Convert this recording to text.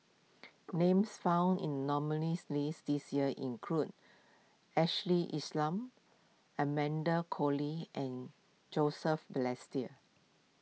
names found in nominees' list this year include Ashley Isham Amanda Koe Lee and Joseph Balestier